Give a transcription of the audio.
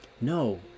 No